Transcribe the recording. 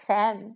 Sam